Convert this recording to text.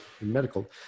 medical